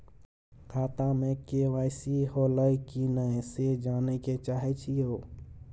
खाता में के.वाई.सी होलै की नय से जानय के चाहेछि यो?